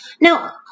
Now